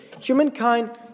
humankind